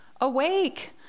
awake